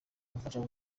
ubufasha